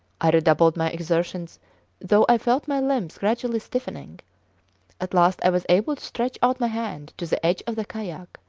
i redoubled my exertions though i felt my limbs gradually stiffening at last i was able to stretch out my hand to the edge of the kayak.